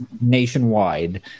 nationwide